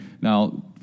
now